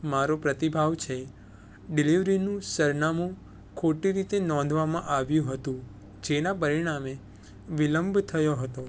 મારો પ્રતિભાવ છે ડિલિવરીનું સરનામું ખોટી રીતે નોંધવામાં આવ્યું હતું જેના પરિણામે વિલંબ થયો હતો